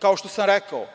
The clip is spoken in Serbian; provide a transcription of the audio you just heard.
kao što sam rekao,